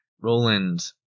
Roland